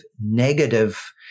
negative